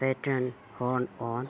pattern hole on